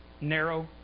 narrow